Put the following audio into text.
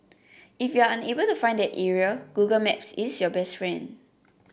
if you're unable to find the area Google Maps is your best friend